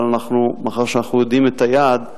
אבל מאחר שאנחנו יודעים את היעד,